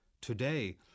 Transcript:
Today